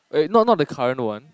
wait no not the current one